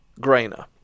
Grainer